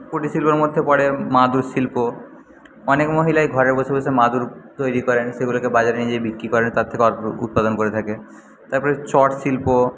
কুটির শিল্পর মধ্যে পড়ে মাদুর শিল্প অনেক মহিলাই ঘরে বসে বসে মাদুর তৈরি করেন সেগুলোকে বাজারে নিয়ে গিয়ে বিক্রি করেন তার থেকে অর্থ উৎপাদন করে থাকে তারপরে চট শিল্প